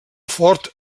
fort